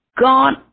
God